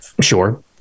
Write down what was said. Sure